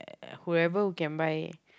I whoever can buy